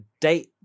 date